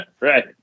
right